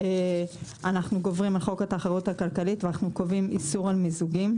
אנו גוברים על חוק התחרות הכלכלית וקובעים איסור על מיזוגים,